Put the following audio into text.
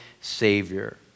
savior